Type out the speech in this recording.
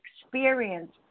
experience